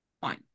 fine